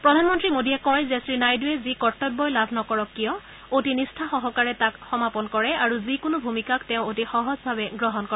প্ৰধানমন্ত্ৰী মোদীয়ে কয় যে শ্ৰী নাইডুৱে যি কৰ্তব্যই লাভ নকৰক কিয় অতি নিষ্ঠা সহকাৰে তাক সমাপন কৰে আৰু যিকোনো ভূমিকাক তেওঁ অতি সহজভাৱে গ্ৰহণ কৰে